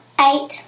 Eight